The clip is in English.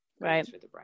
Right